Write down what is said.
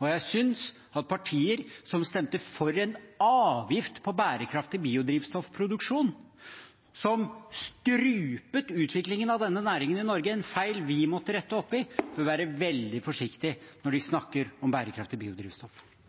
Jeg synes at partier som stemte for en avgift på bærekraftig biodrivstoffproduksjon, som strupte utviklingen av denne næringen i Norge – en feil vi måtte rette opp i – bør være veldig forsiktige når de snakker om bærekraftig biodrivstoff.